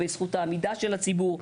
בזכות העמידה של הציבור?